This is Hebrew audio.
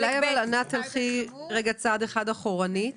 אולי תלכי צעד אחד אחורנית.